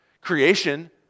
Creation